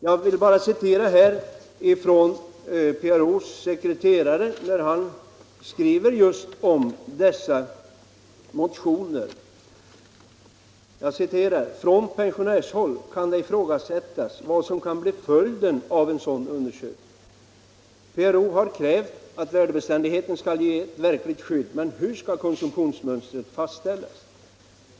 Jag vill citera ett stycke från PRO:s sekreterare där han just skriver om dessa motioner: ”Från pensionärshåll kan det ifrågasättas vad som kan bli följden av en sådan undersökning. PRO har krävt att värdebeständigheten skall ge ett verkligt skydd men hur skall konsumtionsmönstret fastställas?